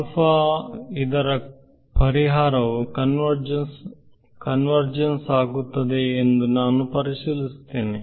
ಅದರ ಬಗ್ಗೆ ಪರಿಹಾರವು ಕನ್ವರ್ಜನ್ಸ್ ವಾಗುತ್ತದೆಯೇ ಎಂದು ನಾನು ಪರಿಶೀಲಿಸುತ್ತೇನೆ